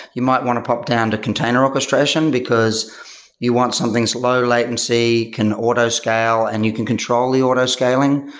you might want to pop down to container orchestration, because you want something slow latency, can autoscale and you can control the autoscaling.